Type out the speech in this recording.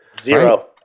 Zero